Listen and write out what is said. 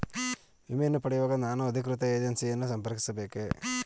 ವಿಮೆಯನ್ನು ಪಡೆಯುವಾಗ ನಾನು ಅಧಿಕೃತ ಏಜೆನ್ಸಿ ಯನ್ನು ಸಂಪರ್ಕಿಸ ಬೇಕೇ?